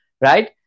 Right